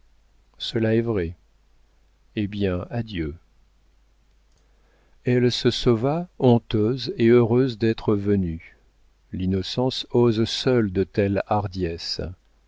cela est vrai hé bien adieu elle se sauva honteuse et heureuse d'être venue l'innocence ose seule de telles hardiesses